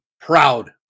proud